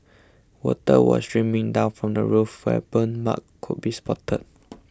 water was streaming down from the roof where burn marks could be spotted